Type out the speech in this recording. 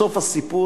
סוף הסיפור,